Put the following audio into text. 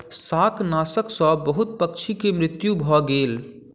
शाकनाशक सॅ बहुत पंछी के मृत्यु भ गेल